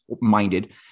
minded